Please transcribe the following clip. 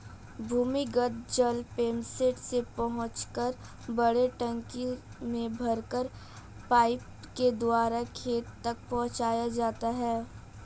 भूमिगत जल पम्पसेट से पहुँचाकर बड़े टंकी में भरकर पाइप के द्वारा खेत तक पहुँचाया जाता है